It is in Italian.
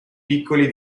piccoli